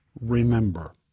remember